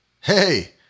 Hey